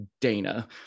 dana